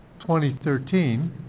2013